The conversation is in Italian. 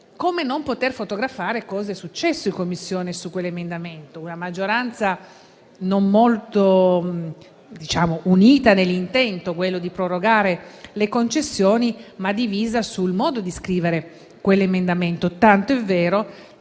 Come possiamo non fotografare cosa è successo in Commissione su quell'emendamento? Una maggioranza molto unita nell'intento di prorogare le concessioni, ma divisa sul modo di scrivere il testo. Ciò è tanto vero